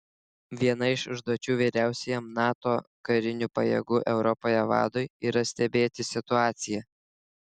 viena iš užduočių vyriausiajam nato karinių pajėgų europoje vadui yra stebėti situaciją